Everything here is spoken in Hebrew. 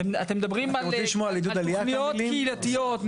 אתם מדברים על תוכניות קהילתיות,